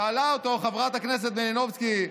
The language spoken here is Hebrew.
שאלה אותו חברת הכנסת מלינובסקי: